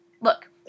Look